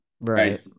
Right